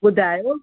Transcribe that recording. ॿुधायो